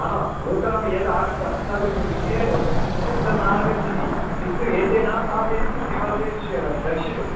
हा नूतनं यद् आगतं तद् विषये शब्दं नागच्छति किन्तु एते न स्थापयन्ति किमर्थं च्छ दर्शितुं